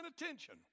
attention